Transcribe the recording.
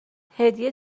هدیه